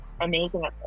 amazing